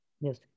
Yes